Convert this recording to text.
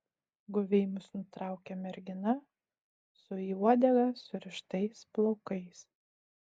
guviai mus nutraukia mergina su į uodegą surištais plaukais